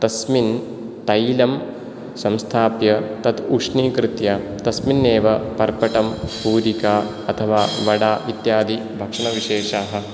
तस्मिन् तैलं संस्थाप्य तत् उष्णीकृत्य तस्मिन् एव पर्पटं पूरिका अथवा वडा इत्यादि भक्षणविशेषाः